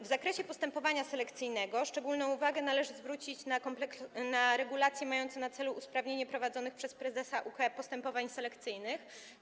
W zakresie postępowania selekcyjnego szczególną uwagę należy zwrócić na regulacje mające na celu usprawnienie prowadzonych przez prezesa UKE postępowań selekcyjnych.